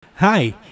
Hi